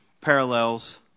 parallels